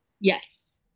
Yes